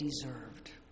deserved